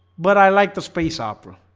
but i like the space opera.